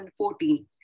2014